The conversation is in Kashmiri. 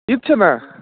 تِتہِ چھُنا